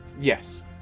Yes